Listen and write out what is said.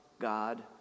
God